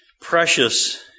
precious